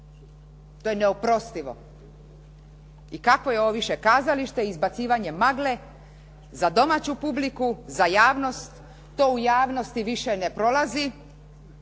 To je neoprostivo. I kakvo je ovo više kazalište, izbacivanje magle za domaću publiku, za javnost, to u javnosti više ne prolazi,